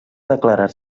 declarar